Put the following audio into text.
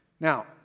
Now